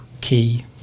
key